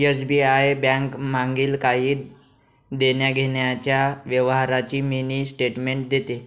SBI bank मागील काही देण्याघेण्याच्या व्यवहारांची मिनी स्टेटमेंट देते